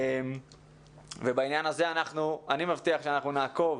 בעניין הזה אני מבטיח שנעקוב